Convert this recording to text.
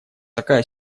такая